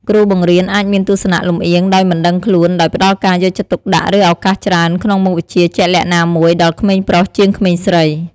គ្រូបង្រៀនអាចមានទស្សនៈលំអៀងដោយមិនដឹងខ្លួន ដោយផ្ដល់ការយកចិត្តទុកដាក់ ឬឱកាសច្រើនក្នុងមុខវិជ្ជាជាក់លាក់ណាមួយ ដល់ក្មេងប្រុសជាងក្មេងស្រី។